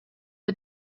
but